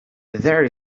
there